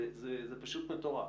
זה פשוט מטורף.